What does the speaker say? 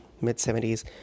mid-70s